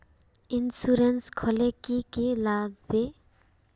Insurance खोले की की लगाबे?